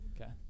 Okay